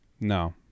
No